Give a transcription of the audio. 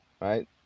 right